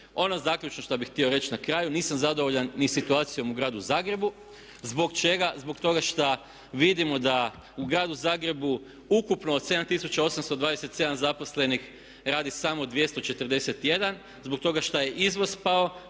Ono zaključno što bih htio reći na kraju nisam zadovoljan ni situacijom u Gradu Zagrebu. Zbog čega? Zbog toga šta vidimo da u Gradu Zagrebu ukupno od 7827 zaposlenih radi samo 241, zbog toga što je izvoz pao,